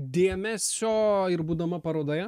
dėmesio ir būdama parodoje